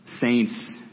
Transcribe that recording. saints